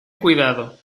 cuidado